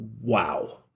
wow